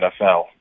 NFL